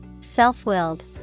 Self-willed